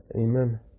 Amen